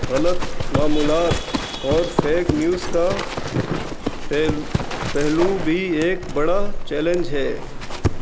غلط معمولات اور فیک نیوز کا پہ پہلو بھی ایک بڑا چیلنج ہے